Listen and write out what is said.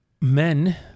Men